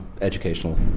educational